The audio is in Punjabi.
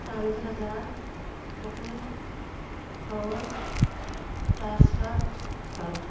ਪੰਜ ਹਜ਼ਾਰ ਰੁਪਏ ਹੋਰ ਟ੍ਰਾਂਸਫਰ ਕਰੋ